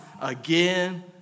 again